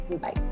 Bye